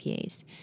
PAs